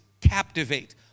captivate